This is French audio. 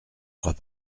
crois